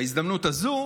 ובהזדמנות הזו,